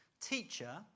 Teacher